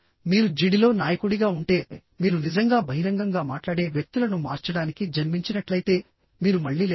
మీరు జిడిలో నాయకుడిగా ఉంటేమీరు నిజంగా బహిరంగంగా మాట్లాడే వ్యక్తులను మార్చడానికి జన్మించినట్లయితే మీరు మళ్లీ లేస్తారు